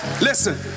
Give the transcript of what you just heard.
Listen